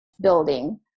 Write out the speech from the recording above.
building